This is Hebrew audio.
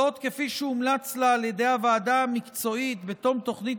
זאת כפי שהומלץ לה על ידי הוועדה המקצועית בתום תוכנית